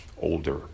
older